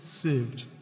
saved